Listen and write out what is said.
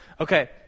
Okay